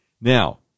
Now